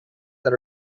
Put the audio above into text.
that